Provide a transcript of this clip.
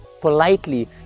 politely